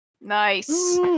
Nice